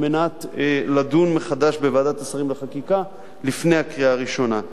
על מנת לדון מחדש בוועדת השרים לחקיקה לפני הקריאה הראשונה.